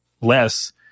less